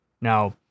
Now